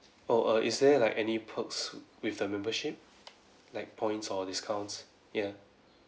oh err is there like any perks with the membership like points or discounts ya